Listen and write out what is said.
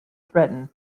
threatened